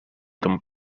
ton